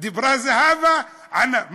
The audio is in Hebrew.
דיברה זהבה, ענה.